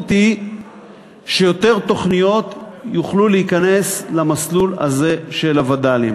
המשמעות היא שיותר תוכניות יוכלו להיכנס למסלול הזה של הווד"לים.